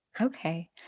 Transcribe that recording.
Okay